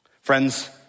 Friends